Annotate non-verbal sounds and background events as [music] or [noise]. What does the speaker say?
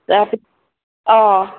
[unintelligible] অঁ